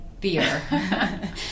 Beer